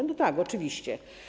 No tak, oczywiście.